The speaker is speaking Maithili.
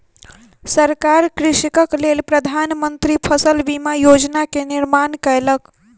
सरकार कृषकक लेल प्रधान मंत्री फसल बीमा योजना के निर्माण कयलक